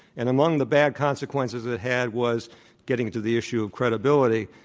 and among the bad consequences it had was getting to the issue of credibility,